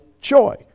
joy